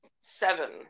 seven